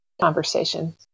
conversation